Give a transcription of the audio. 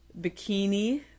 bikini